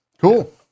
cool